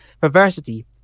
perversity